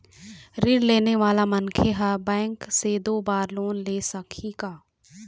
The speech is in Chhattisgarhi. ऋण लेने वाला मनखे हर बैंक से दो बार लोन ले सकही का?